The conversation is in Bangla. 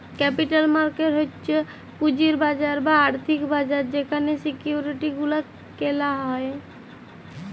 ক্যাপিটাল মার্কেট হচ্ছ পুঁজির বাজার বা আর্থিক বাজার যেখালে সিকিউরিটি গুলা কেলা হ্যয়